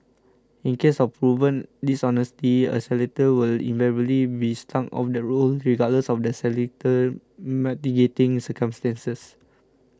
in cases of proven dishonesty a solicitor will invariably be struck off the roll regardless of the solicitor's mitigating circumstances